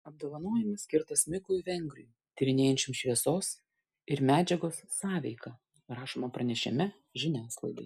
apdovanojimas skirtas mikui vengriui tyrinėjančiam šviesos ir medžiagos sąveiką rašoma pranešime žiniasklaidai